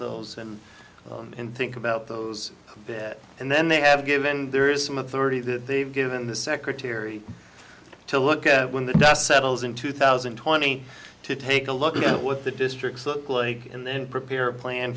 those and them and think about those bit and then they have given there is some of the thirty that they've given the secretary to look at when the dust settles in two thousand and twenty to take a look at what the districts look like and then prepare a plan